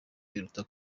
biruta